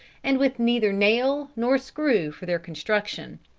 and with neither nail nor screw for their construction.